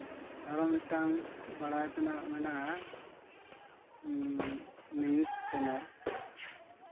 ᱟᱨᱚ ᱢᱤᱫᱴᱟᱝ ᱵᱟᱲᱟᱭ ᱛᱮᱱᱟᱜ ᱢᱮᱱᱟᱜᱼᱟ ᱱᱤᱭᱩᱡ ᱪᱮᱱᱮᱞ